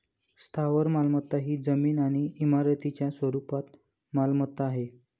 स्थावर मालमत्ता ही जमीन आणि इमारतींच्या स्वरूपात मालमत्ता आहे